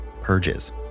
purges